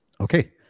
Okay